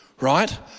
right